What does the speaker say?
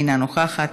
אינה נוכחת,